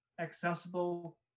accessible